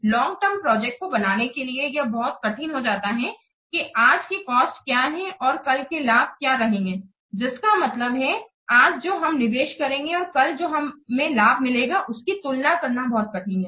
long term project को बनाने के लिए यह बहुत कठिन हो जाता है कि आज की कॉस्ट क्या है और कल के लाभ क्या रहेंगे जिसका मतलब है आज जो हम निवेश करेंगे और कल जो हमें लाभ मिलेगा उसकी तुलना करना बहुत कठिन है